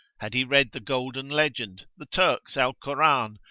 had he read the golden legend, the turks' alcoran,